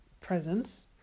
presence